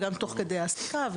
גם תוך כדי העסקה,